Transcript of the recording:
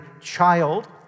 child